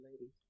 lady